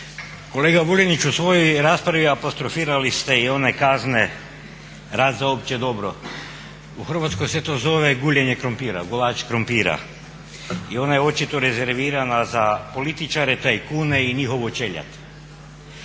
Kolega Vuljanić, u svojoj raspravi apostrofirali ste i one kazne rad za opće dobro. U Hrvatskoj se to zove guljenje krumpira, gulač krompira i ona je očito rezervirana za političare, tajkune i njihovu čeljad.